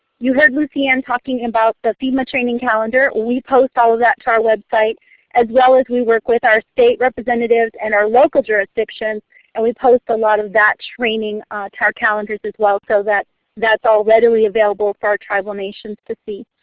you heard lucianne talking about the fema training calendar. we post all of that to our website as well as we work with our state representative and our local jurisdiction and we post a lot of that training to our calendars as well, so that is readily available for our tribal nations to see.